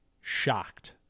shocked